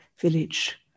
village